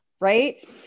Right